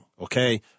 Okay